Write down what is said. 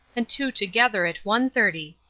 and two together at one-thirty.